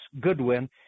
Goodwin